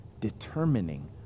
determining